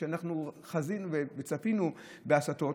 ואנחנו חזינו וצפינו בהסתות,